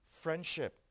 friendship